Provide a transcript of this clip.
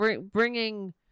bringing